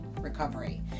recovery